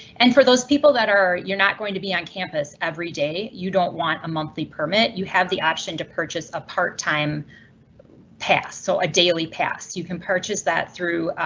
and for those people that are you're not going to be on campus every day, you don't want a monthly permit. you have the option to purchase a part time pass, so a daily pass. you can purchase that through